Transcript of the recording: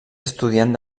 estudiant